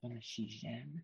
panaši į žemę